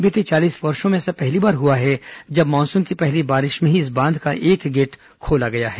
बीते चालीस वर्ष में ऐसा पहली बार हुआ है कि मानसून की पहली बारिश में ही इस बांध का एक गेट खोला गया है